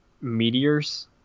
meteors